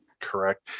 Correct